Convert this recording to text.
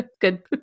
Good